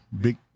big